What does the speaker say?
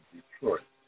Detroit